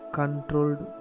controlled